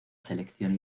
selección